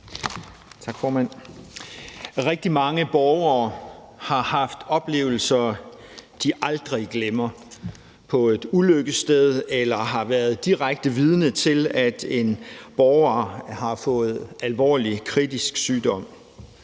Tak, formand. Rigtig mange borgere har haft oplevelser, de aldrig glemmer, på et ulykkessted, eller de har været direkte vidne til, at en borger har fået alvorlig, kritisk sygdom.